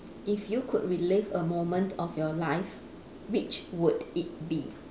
if you could relive a moment of your life which would it be